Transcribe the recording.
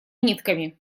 нитками